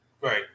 right